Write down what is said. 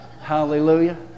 Hallelujah